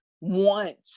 want